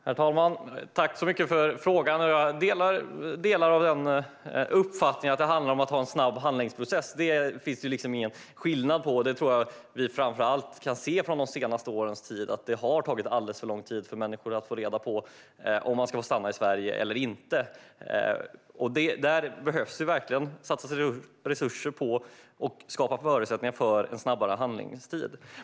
Herr talman! Jag tackar så mycket för frågan. Jag delar uppfattningen att det gäller att ha en snabb handläggningsprocess. Där finns det ingen skillnad. Framför allt under de senaste åren har det tagit alldeles för lång tid för människor att få reda på om de ska få stanna i Sverige eller inte. Det behöver verkligen satsas resurser på att skapa förutsättningar för en snabbare handläggningstid.